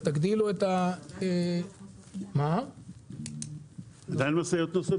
אז תגדילו את ה --- לאן המשאיות ייסעו,